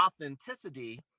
authenticity